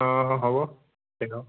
অঁ হ'ব তেৰ